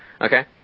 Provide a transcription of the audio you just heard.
Okay